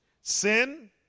Sin